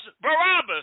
Barabbas